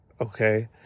okay